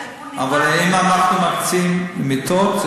אבל אם אנחנו מקצים מיטות,